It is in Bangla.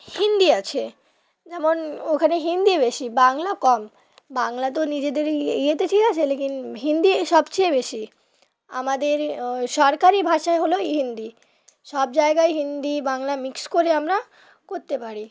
হিন্দি আছে যেমন ওখানে হিন্দি বেশি বাংলা কম বাংলা তো নিজেদেরই ইয়ে ইয়েতে ঠিক আছে লেকিন হিন্দি সবচেয়ে বেশি আমাদের সরকারি ভাষাই হলো হিন্দি সব জায়গায় হিন্দি বাংলা মিক্স করে আমরা করতে পারি